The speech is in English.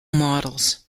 models